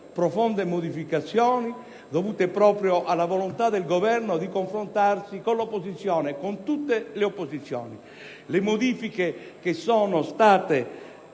profonde modificazioni, dovute proprio alla volontà del Governo di confrontarsi con l'opposizione, con tutte le opposizioni. Le modifiche che sono state